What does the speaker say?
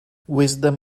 wisdom